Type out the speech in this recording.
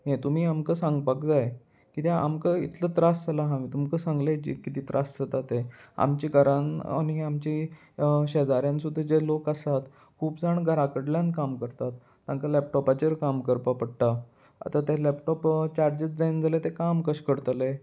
हें तुमी आमकां सांगपाक जाय कित्या आमकां इतलो त्रास जाला हांवें तुमकां सांगले जी कितेे त्रास जाता ते आमच्या घरान आनी आमचे शेजाऱ्यान सुद्दां जे लोक आसात खूब जाण घराकडल्यान काम करतात तांकां लॅपटॉपाचेर काम करपा पडटा आतां तें लॅपटॉप चार्जीस जायना जाल्यार तें काम कशें करतले